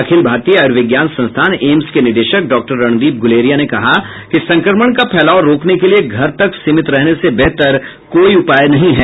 अखिल भारतीय आयुर्विज्ञान संस्थान एम्स के निदेशक डॉक्टर रणदीप गुलेरिया ने कहा कि संक्रमण का फैलाव रोकने के लिए घर तक सीमित रहने से बेहतर कोई उपाय नहीं है